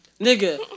Nigga